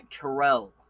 Carell